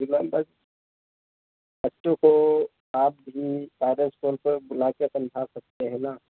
जी ma'am बस बच्चों को आप ही फादर्स को उनको बुलाकर समझा सकते हैं ना